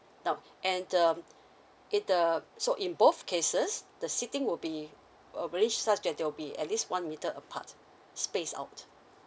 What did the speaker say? now and um in the so in both cases the seating will be arranged such that they'll be at least one metre apart spaced out